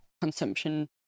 consumption